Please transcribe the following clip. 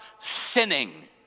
sinning